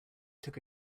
took